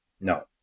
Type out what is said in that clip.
No